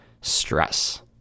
stress